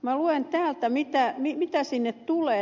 minä luen täältä mitä sinne tulee